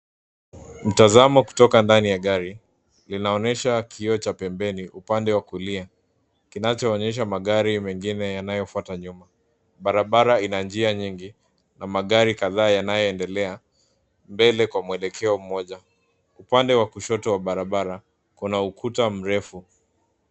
Mtazamo kutoka ndani ya gar, linaonyesha kioo cha pembeni upande wa kulia ,kinachoonyesha magari mengine yanayofuata nyuma. Barabara ina njia nyingi na magari kadhaa yanayoendelea mbele kwa mwelekeo mmoja. Upande wa kushoto wa barabara kuna ukuta mrefu.